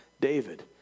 David